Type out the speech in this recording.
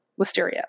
listeria